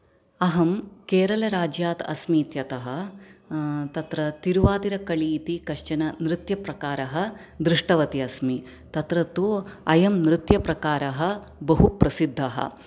अहं केरलराज्यात् अस्मि इत्यतः तत्र तिरुवादिरकळी इति कश्चन नृत्यप्रकारः दृष्टवती अस्मि तत्र तु अयं नृत्यप्रकारः बहु प्रसिद्धः